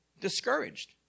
discouraged